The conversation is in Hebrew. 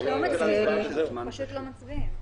פשוט לא מצביעים.